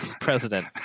president